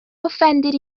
offended